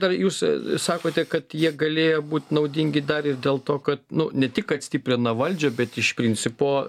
dar jūs sakote kad jie galėjo būt naudingi dar ir dėl to kad nu ne tik kad stiprina valdžią bet iš principo